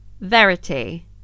Verity